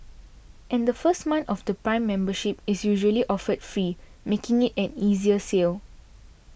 and the first month of Prime membership is usually offered free making it an easier sell